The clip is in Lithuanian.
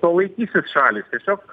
to laikysis šalys tiesiog